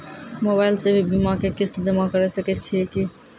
Mobile से भी बीमा के किस्त जमा करै सकैय छियै कि?